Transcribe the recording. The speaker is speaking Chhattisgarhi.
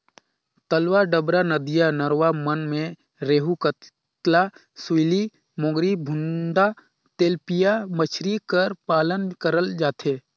तलवा डबरा, नदिया नरूवा मन में रेहू, कतला, सूइली, मोंगरी, भुंडा, तेलपिया मछरी कर पालन करल जाथे